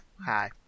Hi